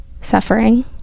suffering